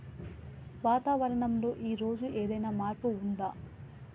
వాతావరణం లో ఈ రోజు ఏదైనా మార్పు ఉందా?